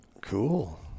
Cool